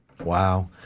Wow